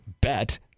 bet